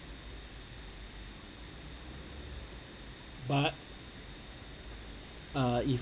but uh if